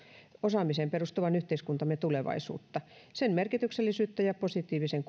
osaamiseen perustuvan yhteiskuntamme tulevaisuutta sen merkityksellisyys ja positiivinen